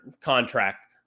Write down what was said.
contract